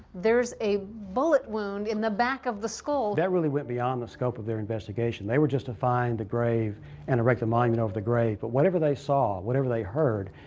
there's a bullet wound in the back of the skull? that really went beyond the scope of their investigation. they were just to find the grave and erect a monument over the grave. but whatever they saw, whatever they heard,